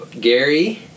Gary